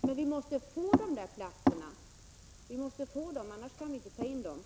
Men vi måste få de där platserna, annars kan vi inte ta in eleverna.